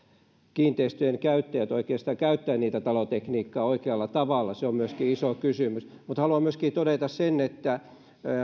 kiinteistöjen käyttäjät oikeastaan käyttää sitä talotekniikkaa oikealla tavalla se on myöskin iso kysymys mutta haluan myöskin todeta sen että